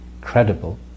credible